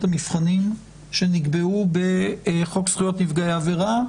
המבחנים שנקבעו בחוק זכויות נפגעי עבירה.